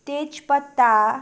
तेजपत्ता